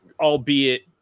albeit